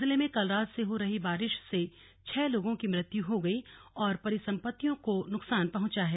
जिले में कल रात से हो रही बारिश से छह लोगों की मृत्यु हो गई और परिसंपत्तियों को नुकसान पहुंचा है